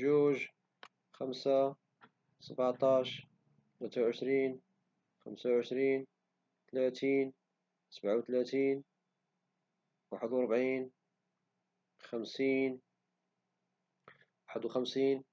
جوج خمسة سبعتاش ثلاثة وعشرين خمسة وعشرين ثلاثين سبعة وثلاثين واحد وأربعين خمسين واحد وخمسين